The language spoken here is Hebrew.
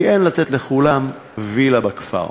כי אין לתת לכולם וילה בכפר,